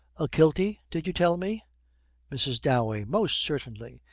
a kilty, did you tell me mrs. dowey. most certainly.